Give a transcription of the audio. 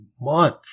month